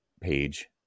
page